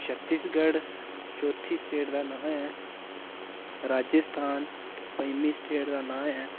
छत्तीसगढ़ चौथी स्टेट दा नांऽ ऐ राज्यस्थान ते पंजमी स्टेट दा नांऽ ऐ